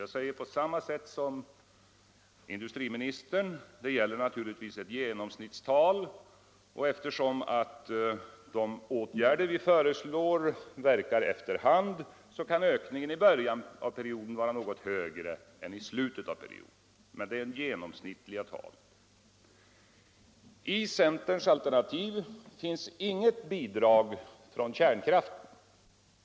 Jag säger på samma sätt som industriministern att det gäller naturligtvis ett genomsnittstal. Eftersom de åtgärder vi föreslår verkar efter hand kan ökningen i början av perioden vara något högre än i slutet av perioden. Det är som sagt genomsnittliga tal. I centerns alternativ finns inget bidrag från kärnkraft.